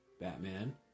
Batman